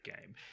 game